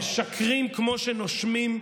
משקרים כמו שנושמים,